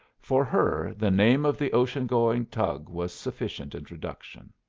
for her the name of the ocean-going tug was sufficient introduction.